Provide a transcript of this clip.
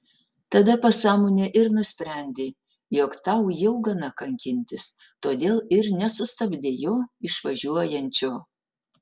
tada pasąmonė ir nusprendė jog tau jau gana kankintis todėl ir nesustabdei jo išvažiuojančio